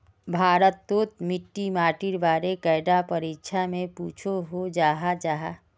भारत तोत मिट्टी माटिर बारे कैडा परीक्षा में पुछोहो जाहा जाहा?